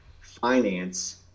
finance